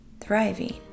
thriving